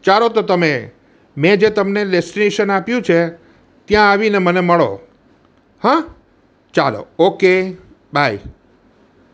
ચાલો તો તમે મેં જે તમને ડેસ્ટિનેશન આપ્યું છે ત્યાં આવીને મને મળો હં ચાલો ઓકે બાય